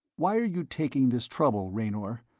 why are you taking this trouble, raynor?